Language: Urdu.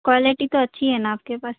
کوالٹی تو اچھی ہے نا آپ کے پاس کی